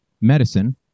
medicine